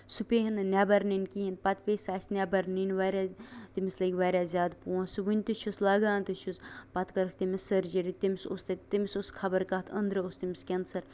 سُہ پیٚیہِ ہے نہٕ نیٚبر نِنۍ کِہیٖنٛۍ پَتہٕ پیٚیہِ سۅ اَسہِ نیٚبَر نِنۍ واریاہ تٔمِس لٔگۍ واریاہ زیادٕ پوٚنسہٕ ؤنہِ تہِ چھُس لَگان تہِ چھُس َ پَتہٕ کٔرٕکھ تٔمِس سٔرجری تٔمِس اوس تَتہِ تہِ تٔمِس اوس خبر کَتھ أنٛدرٕ اوس تٔمِس کینسر